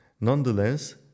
nonetheless